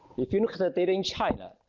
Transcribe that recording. if you look and at data in china,